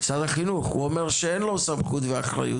משרד החינוך אומר שאין לו סמכות ואחריות.